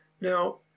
Now